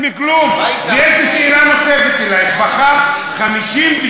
יש לי שאלה נוספת אלייך: בחרת 58,400,